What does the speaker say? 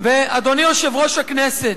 אדוני יושב-ראש הכנסת,